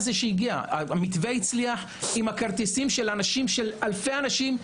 המתווה הצליח עם כרטיסים של אלפי אנשים.